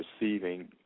receiving